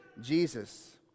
jesus